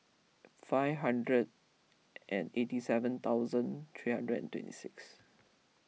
five hundred and eighty seven thousand three hundred and twenty six